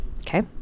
Okay